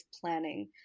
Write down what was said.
planning